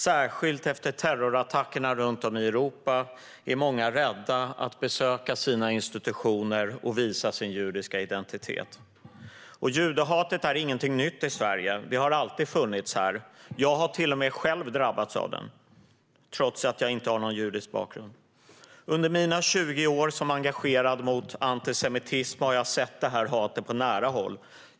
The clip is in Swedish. Särskilt efter terrorattackerna runt om i Europa är många rädda för att besöka sina institutioner och visa sin judiska identitet. Judehatet är ingenting nytt i Sverige. Det har alltid funnits här. Jag har till och med själv drabbats av det, trots att jag inte har någon judisk bakgrund. Under mina 20 år som engagerad mot antisemitism har jag sett detta hat på nära håll.